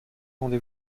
rendez